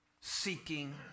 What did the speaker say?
seeking